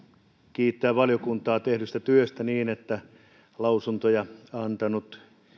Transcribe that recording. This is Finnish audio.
kiittää valiokuntaa tehdystä työstä siitä että lausuntoja antaneen